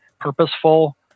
purposeful